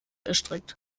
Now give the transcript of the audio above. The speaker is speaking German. erstreckt